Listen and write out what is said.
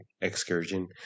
excursion